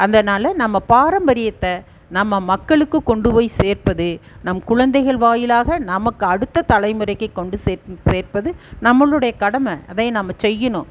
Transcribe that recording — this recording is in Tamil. அதனால் நம்ம பாரம்பரியத்தை நம்ம மக்களுக்கு கொண்டு போய் சேர்ப்பது நம் குழந்தைகள் வாயிலாக நமக்கு அடுத்த தலைமுறைக்கு கொண்டு சே சேர்ப்பது நம்மளுடைய கடமை அதை நம்ம செய்யணும்